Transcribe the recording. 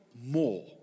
more